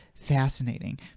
fascinating